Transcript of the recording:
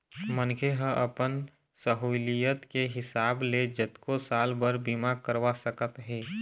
मनखे ह अपन सहुलियत के हिसाब ले जतको साल बर बीमा करवा सकत हे